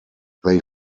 they